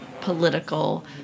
political